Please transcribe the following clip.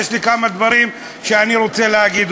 יש כמה דברים שאני רוצה להגיד.